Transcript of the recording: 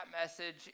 message